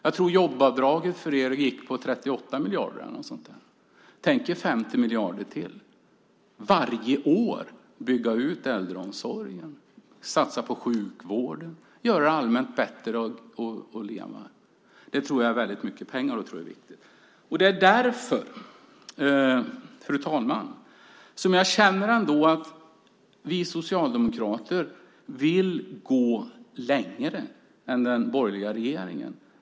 Jag tror att jobbavdraget gick på 38 miljarder eller något sådant för er. Tänk er 50 miljarder till - varje år! Bygga ut äldreomsorgen, satsa på sjukvården, göra det allmänt bättre att leva. Det är väldigt mycket pengar, och det tror jag är viktigt. Det är därför, fru talman, som jag ändå känner att vi socialdemokrater vill gå längre än den borgerliga regeringen.